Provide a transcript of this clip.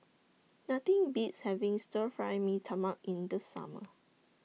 Nothing Beats having Stir Fry Mee Tai Mak in The Summer